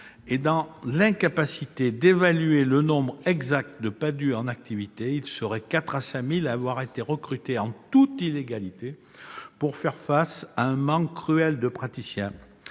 est dans l'incapacité d'évaluer le nombre exact de PADHUE en activité- ils seraient 4 000 à 5 000 à avoir été recrutés en toute illégalité pour faire face à un manque cruel de médecins.